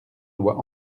lois